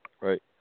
Right